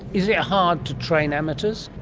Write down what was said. is it hard to train amateurs?